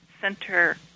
center